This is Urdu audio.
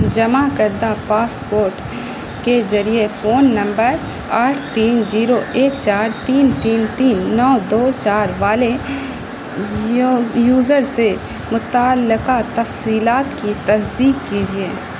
جمع کردہ پاسپورٹ کے ذریعے فون نمبر آٹھ تین زیرو ایک چار تین تین تین نو دو چار والے یوزر سے متعلقہ تفصیلات کی تصدیق کیجیے